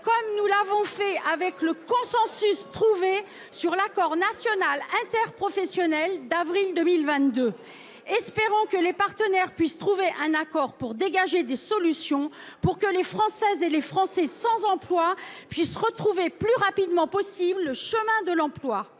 comme nous l’avons fait avec le consensus trouvé sur l’accord national interprofessionnel d’avril 2022. Espérons que les partenaires trouvent un accord pour dégager des solutions, afin que les Françaises et les Français au chômage puissent retrouver le plus rapidement possible le chemin de l’emploi